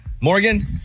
Morgan